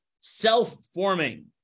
self-forming